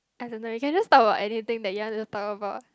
I don't know you can just talk about anything that you want to talk about